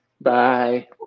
Bye